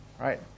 right